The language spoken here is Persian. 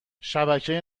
شبکه